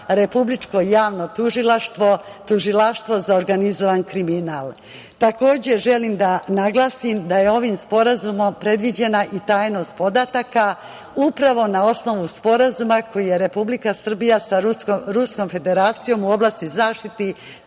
Republičko javno tužilaštvo, Tužilaštvo za organizovani kriminal. Takođe, želim da naglasim da je ovim sporazumom predviđena i tajnost podataka upravo na osnovu sporazuma koji je Republika Srbija sa Ruskom Federacijom u oblasti zaštite